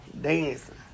Dancing